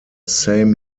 same